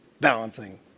balancing